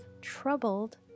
troubled